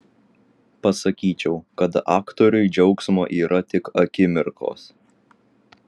pasakyčiau kad aktoriui džiaugsmo yra tik akimirkos